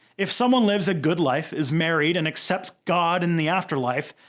if someone lives a good life, is married, and accepts god in the afterlife,